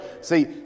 See